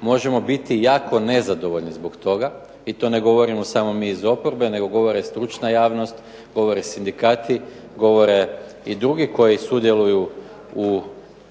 možemo biti jako nezadovoljni zbog toga i ne govorimo samo mi iz oporbe, govore stručna javnost, govore sindikati i govore i drugi koji sudjeluju u